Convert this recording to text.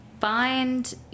Find